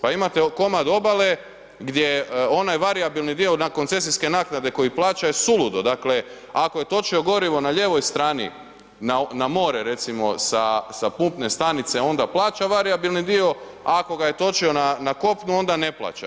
Pa imate komad obale gdje onaj varijabilni dio na koncesijske naknade koji plaća je suludo, dakle ako je točio gorivo na lijevoj strani na more recimo sa pumpne stanice onda plaća varijabilni dio, a ako ga je točio na kopnu onda ne plaća.